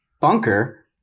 Bunker